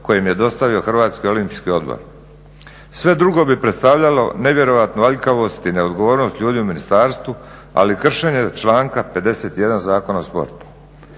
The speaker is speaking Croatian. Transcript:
koji im je dostavio Hrvatski olimpijski odbor. Sve drugo bi predstavljalo nevjerojatnu aljkavost i neodgovornost ljudi u Ministarstvu ali kršenje članka 51. Zakona o sportu.